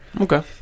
Okay